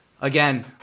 Again